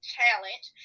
challenge